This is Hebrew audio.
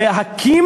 להקים